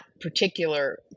particular